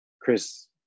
Chris